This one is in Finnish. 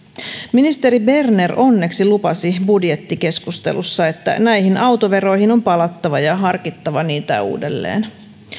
ministeri berner onneksi lupasi budjettikeskustelussa että näihin autoveroihin on palattava ja harkittava niitä uudelleen